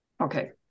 Okay